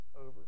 over